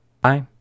Bye